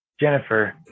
Jennifer